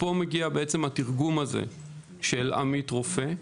מפה מגיע התרגום הזה של עמית רופא.